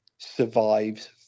survives